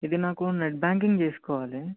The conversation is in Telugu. ఇది నాకు నెట్ బ్యాంకింగ్ చేసుకోవాలి